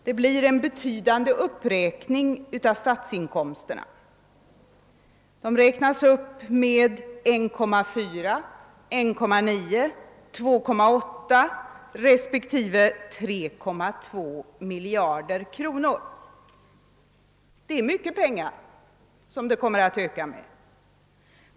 Det blir en betydande uppräkning av statsinkomsterna. De räknas upp med 1,4, 1,9, 2,8 respektive 3,2 miljarder kronor. Ökningen uppgår alltså till betydande belopp.